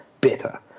better